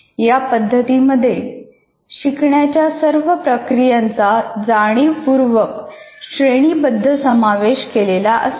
या पद्धतीमध्ये शिकण्याच्या सर्व प्रक्रियांचा जाणीवपूर्वक श्रेणीबद्ध समावेश केलेला असतो